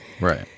Right